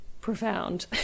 profound